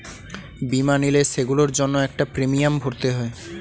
বীমা নিলে, সেগুলোর জন্য একটা প্রিমিয়াম ভরতে হয়